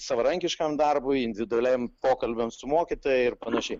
savarankiškam darbui individualiam pokalbiam su mokytoja ir panašiai